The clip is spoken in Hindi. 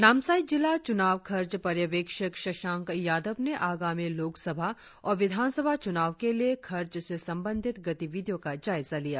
नामसाई जिला चुनाव खर्च पर्यवेक्षक शशांक यादव ने आगामी लोकसभा और विधान सभा चूनाव के लिए खर्च से संबंधित गतिविधियों का जायजा लिया